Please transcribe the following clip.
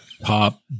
pop